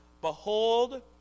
Behold